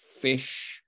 fish